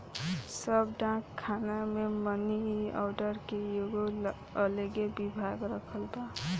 सब डाक खाना मे मनी आर्डर के एगो अलगे विभाग रखल बा